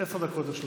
דקות לרשותך.